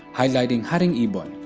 highlighting haring ibon,